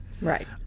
right